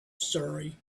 surrey